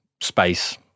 space